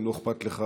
אם לא אכפת לך,